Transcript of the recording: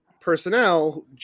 personnel